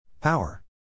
Power